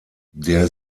der